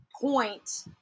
point